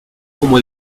como